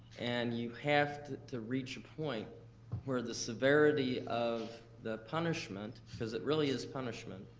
and you have to to reach a point where the severity of the punishment, cause it really is punishment,